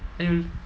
and you